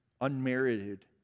unmerited